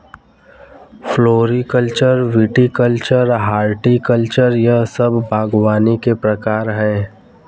floriculture, viticulture, horticulture यह सब बागवानी के प्रकार है